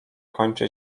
kończy